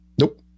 Nope